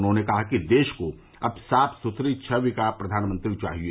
उन्होंने कहा कि देश को अब साफ सुथरी छबि का प्रधानमंत्री चाहिये